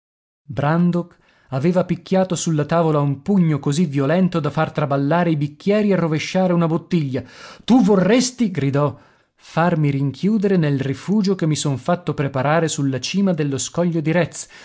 brandok aveva picchiato sulla tavola un pugno così violento da far traballare i bicchieri e rovesciare una bottiglia tu vorresti gridò farmi rinchiudere nel rifugio che mi son fatto preparare sulla cima dello scoglio di retz